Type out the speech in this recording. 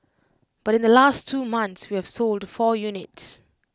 but in the last two months we have sold the four units